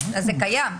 אז זה קיים,